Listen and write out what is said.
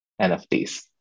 NFTs